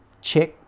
check